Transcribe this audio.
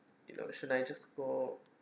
you know should I just go